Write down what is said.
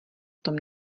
tom